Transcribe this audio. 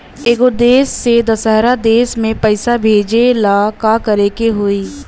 एगो देश से दशहरा देश मे पैसा भेजे ला का करेके होई?